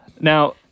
now